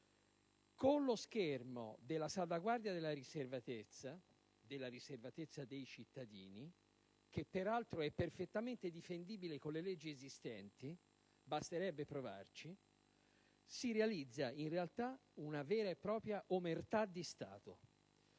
Con lo schermo della salvaguardia della riservatezza dei cittadini, che peraltro è perfettamente difendibile con le leggi esistenti (basterebbe provarci), si realizza in realtà una vera e propria omertà di Stato.